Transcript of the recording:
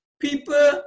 People